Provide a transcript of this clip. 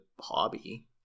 hobby